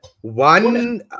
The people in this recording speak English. One